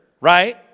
right